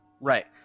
Right